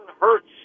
Hurts